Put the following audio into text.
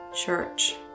church